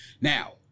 Now